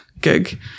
gig